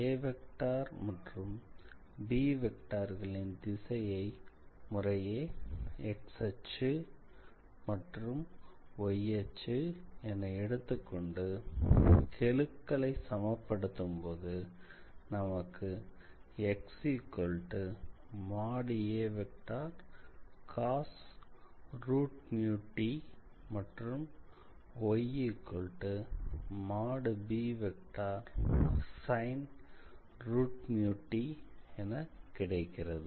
a மற்றும்b வெக்டார்களின் திசையை முறையே x அச்சு மற்றும் y அச்சு என எடுத்துக்கொண்டு கெழுக்களை சமப்படுத்தும் போது நமக்கு xacostமற்றும் y|b| sint என கிடைக்கிறது